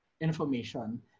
information